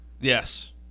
Yes